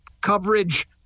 coverage